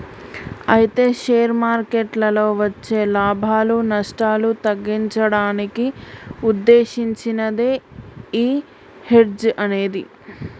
అయితే షేర్ మార్కెట్లలో వచ్చే లాభాలు నష్టాలు తగ్గించడానికి ఉద్దేశించినదే ఈ హెడ్జ్ అనేది